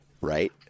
right